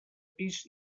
pis